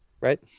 Right